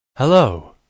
Hello